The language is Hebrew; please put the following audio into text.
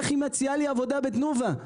איך היא מציעה לי עבודה בתנובה?